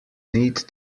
need